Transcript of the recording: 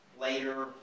later